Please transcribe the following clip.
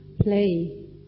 play